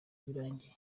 birangiye